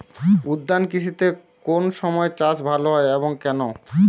উদ্যান কৃষিতে কোন সময় চাষ ভালো হয় এবং কেনো?